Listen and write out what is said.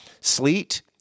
sleet